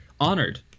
honored